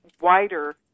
wider